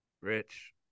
Rich